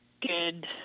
good